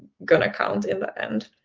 going to count in the end.